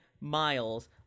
miles